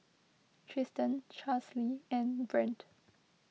Tristian Charlsie and Brent